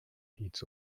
its